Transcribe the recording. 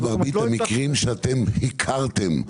במרבית המקרים שאתם הכרתם.